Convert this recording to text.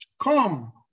Come